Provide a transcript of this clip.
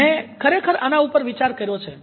મેં ખરેખર આના ઉપર વિચાર કર્યો છે